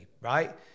right